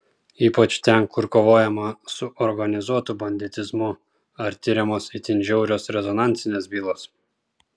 ypač ten kur kovojama su organizuotu banditizmu ar tiriamos itin žiaurios rezonansinės bylos